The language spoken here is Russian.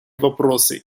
вопросы